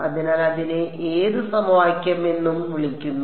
അതിനാൽ അതിനെ ഏത് സമവാക്യം എന്നും വിളിക്കുന്നു